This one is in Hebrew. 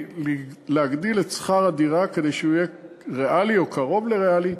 היא להגדיל את הסיוע לשכר הדירה כדי שהוא יהיה ריאלי או קרוב לריאלי.